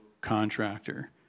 contractor